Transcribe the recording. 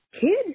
kid